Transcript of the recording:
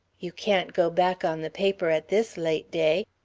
you can't go back on the paper at this late day.